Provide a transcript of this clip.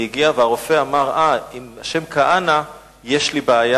הגיע הרופא ואמר: אה, עם השם כהנא יש לי בעיה.